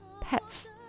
pets